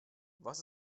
was